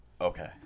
Okay